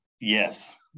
yes